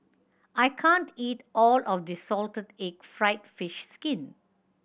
I can't eat all of this salted egg fried fish skin